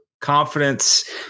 confidence